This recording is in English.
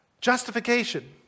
Justification